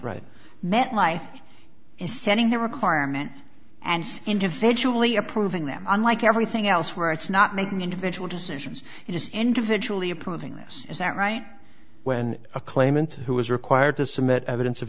right metlife is setting the requirement and individually approving them unlike everything else where it's not making individual decisions just individually approving this is that right when a claimant who is required to submit evidence of